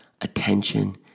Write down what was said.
attention